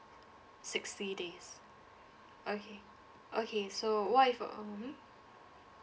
sixty days okay okay so what if uh mmhmm